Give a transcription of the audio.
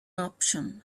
option